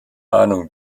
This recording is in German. ahnung